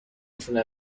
تونم